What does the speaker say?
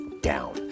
down